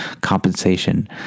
compensation